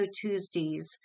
Tuesdays